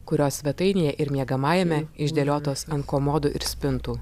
kurios svetainėje ir miegamajame išdėliotos ant komodų ir spintų